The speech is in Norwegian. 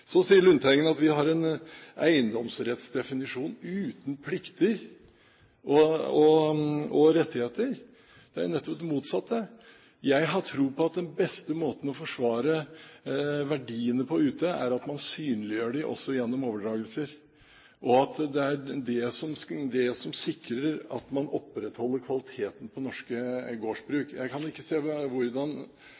Så sier Lundteigen at vi har en eiendomsrettsdefinisjon uten plikter og rettigheter. Det er jo nettopp det motsatte. Jeg har tro på at den beste måten å forsvare verdiene på ute, er at man synliggjør dem også gjennom overdragelser, og at det er det som sikrer at man opprettholder kvaliteten på norske